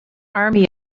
army